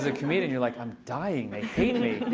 as a comedian, you're like, i'm dying. they hate me.